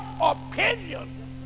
opinion